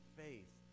faith